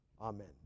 Amen